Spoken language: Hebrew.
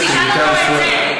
תשאל אותו את זה.